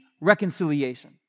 reconciliation